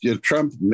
Trump